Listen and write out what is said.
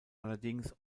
allerdings